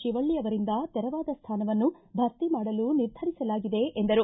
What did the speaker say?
ಶಿವಳ್ಳಿ ಅವರಿಂದ ತೆರವಾದ ಸ್ಥಾನವನ್ನು ಭರ್ತಿ ಮಾಡಲು ನಿರ್ಧರಿಸಲಾಗಿದೆ ಎಂದರು